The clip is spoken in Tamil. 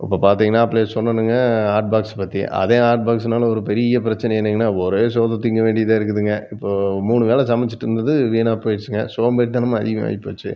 இப்போ பார்த்திங்கன்னா அப்பலேயே சொன்னேனுங்க ஹாட் பாக்ஸ் பற்றி அதே ஹாட் பாக்ஸ்னால் ஒரு பெரிய பிரச்சின என்னங்னால் ஒரே சோற்றை திங்க வேண்டியதாக இருக்குதுங்க இப்போது மூணு வேளை சமைச்சிட்டுருந்தது வீணாக போயிடுச்சுங்க சோம்பேறித்தனமும் அதிகம் ஆகிப்போச்சு